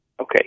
okay